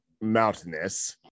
mountainous